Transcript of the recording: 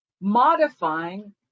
modifying